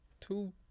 two